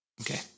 Okay